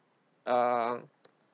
uh